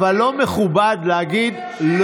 אבל לא מכובד להגיד.